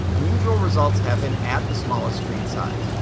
unusual results happen at the smallest screen size.